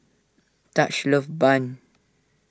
Taj loves Bun